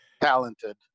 talented